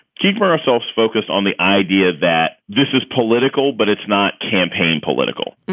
keeping ourselves focused on the idea that this is political. but it's not campaign political.